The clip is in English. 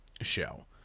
show